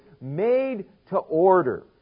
made-to-order